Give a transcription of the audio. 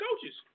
coaches